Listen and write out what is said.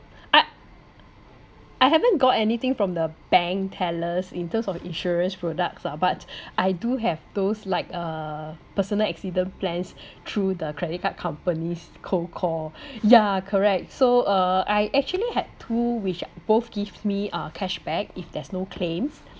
I I haven't got anything from the bank tellers in terms of insurance products ah but I do have those like uh personal accident plans through the credit card companies' cold call ya correct so uh I actually had two which both give me uh cashback if there's no claims